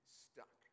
stuck